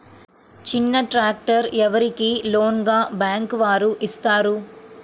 చిన్న ట్రాక్టర్ ఎవరికి లోన్గా బ్యాంక్ వారు ఇస్తారు?